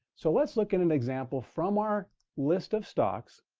so let's look at an example from our list of stocks.